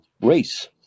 race